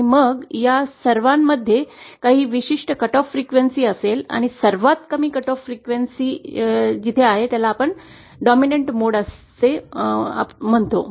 आणि मग या सर्वांमध्ये काही विशिष्ट कटऑफ फ्रिक्वेंसी असेल आणि सर्वात कमी कटऑफ फ्रिक्वेंसी ही प्रबळ मोड असेल